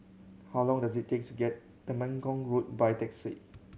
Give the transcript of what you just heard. how long does it takes to get Temenggong Road by taxi